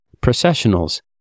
processionals